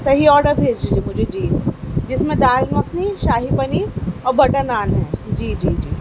صحیح آرڈر بھیج دیجئے مجھے جی جس میں دال مکھنی شاہی پنیر اور بٹر نان ہیں جی جی جی